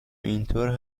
اینطور